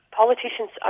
politicians